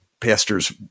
pastors